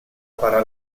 para